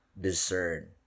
discern